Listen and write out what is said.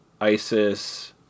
ISIS